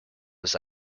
was